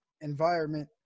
environment